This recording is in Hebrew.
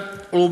רוב